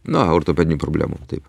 na ortopedinių problemų taip